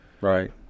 Right